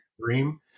dream